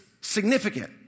significant